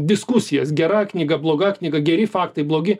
diskusijas gera knyga bloga knyga geri faktai blogi